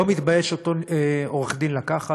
לא מתבייש אותו עורך-דין לקחת?